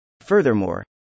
Furthermore